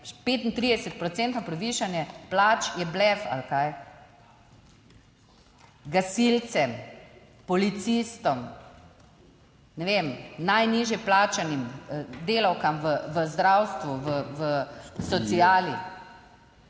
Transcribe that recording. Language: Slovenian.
povišanje plač je blef ali kaj. Gasilcem, policistom, ne vem, najnižje plačanim delavkam v zdravstvu, v sociali